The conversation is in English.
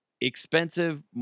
expensive